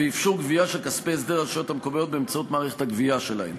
ואפשור גבייה של כספי הסדר לרשויות המקומיות באמצעות מערכת הגבייה שלהן.